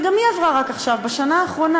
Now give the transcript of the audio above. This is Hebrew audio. וגם היא עברה רק עכשיו, בשנה האחרונה.